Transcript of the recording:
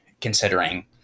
considering